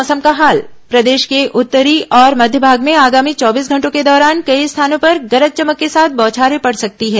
मौसम प्रदेश के उत्तरी और मध्य भाग में आगामी चौबीस घंटों के दौरान कई स्थानों पर गरज चमक के साथ बौछारें पड़ सकती हैं